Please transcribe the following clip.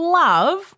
love